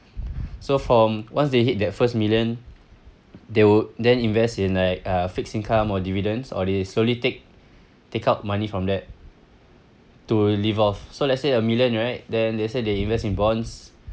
so from once they hit that first million they would then invest in like a fixed income or dividends or they slowly take take out money from that to live off so let's say a million right then let's say they invest in bonds